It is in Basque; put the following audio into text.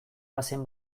bazen